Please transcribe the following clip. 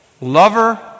lover